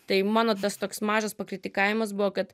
tai mano tas toks mažas pakritikavimas buvo kad